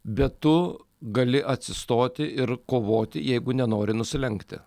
bet tu gali atsistoti ir kovoti jeigu nenori nusilenkti